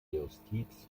justiz